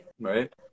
right